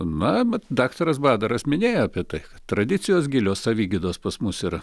na bet daktaras badaras minėjo apie tai kad tradicijos gilios savigydos pas mus yra